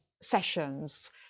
sessions